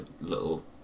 little